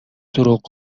دروغ